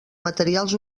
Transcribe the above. materials